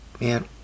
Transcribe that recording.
Man